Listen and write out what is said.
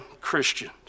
Christians